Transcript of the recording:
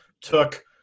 took